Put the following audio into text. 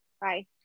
Bye